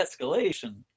escalation